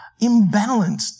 imbalanced